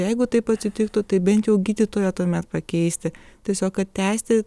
jeigu taip atsitiktų tai bent jau gydytoją tuomet pakeisti tiesiog kad tęsti